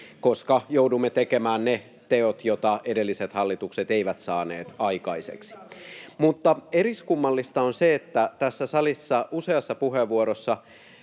koska joudumme tekemään ne teot, joita edelliset hallitukset eivät saaneet aikaiseksi. [Antti Kurvisen välihuuto] Mutta eriskummallista on se, että tässä salissa useassa puheenvuorossa